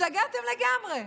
השתגעתם לגמרי.